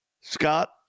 Scott